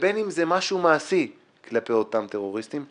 ובין אם זה משהו מעשי כלפי אותם טרוריסטים,